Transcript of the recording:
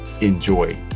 enjoy